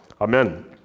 Amen